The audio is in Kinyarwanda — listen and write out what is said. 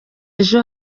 ejo